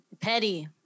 Petty